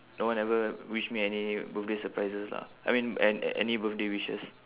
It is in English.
no one ever wish me any birthday surprises lah I mean an~ any birthday wishes